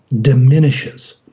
diminishes